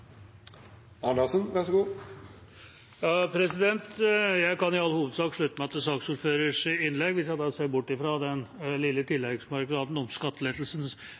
Jeg kan i all hovedsak slutte meg til saksordførerens innlegg. Hvis jeg ser bort fra den lille tilleggsmerknaden om